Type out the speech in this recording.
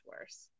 worse